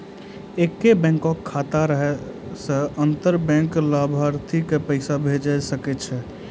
एक्के बैंको के खाता रहला से अंतर बैंक लाभार्थी के पैसा भेजै सकै छै